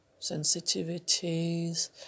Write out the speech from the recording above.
sensitivities